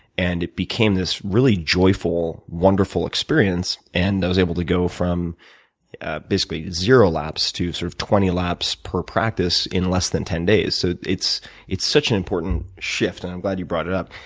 and it became this really joyful, wonderful experience, and i was able to go from basically zero laps to sort of twenty laps per practice in less than ten days. so it's it's such an important shift, and i'm glad you brought it up,